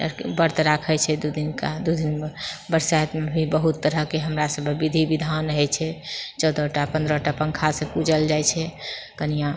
व्रत राखैत छै दू दिनका दू दिनमे बरसाइतमे भी बहुत तरहके हमरा सभमे विधि विधान होइत छै चौदहटा पन्द्रहटा पङ्खासँ पूजल जाइत छै कनियाँ